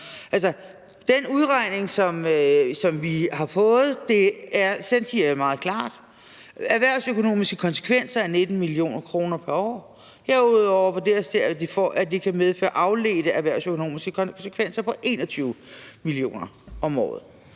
den udregning, som vi har fået, siger meget klart, at de erhvervsøkonomiske konsekvenser er 19 mio. kr. pr. år, og herudover vurderes det, at det kan medføre afledte erhvervsøkonomiske konsekvenser på 21 mio. kr. om året.